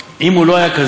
בסופו של דבר יש פה